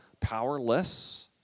powerless